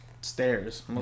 stairs